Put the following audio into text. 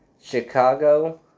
Chicago